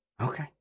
okay